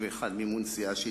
31) (מימון סיעה שהתפלגה)